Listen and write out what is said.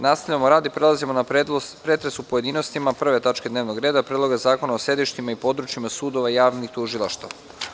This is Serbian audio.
Nastavljamo rad i prelazimo na pretres u pojedinostima 1. tačke dnevnog reda – PREDLOG ZAKONA O SEDIŠTIMA I PODRUČJIMA SUDOVA I JAVNIH TUŽILAŠTAVA.